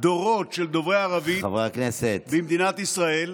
של דוברי ערבית במדינת ישראל.